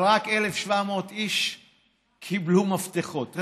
אבל רק 1,700 איש קיבלו מפתחות.